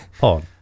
On